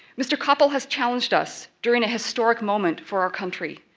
mr. koppel has challenged us during a historic moment for our country,